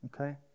okay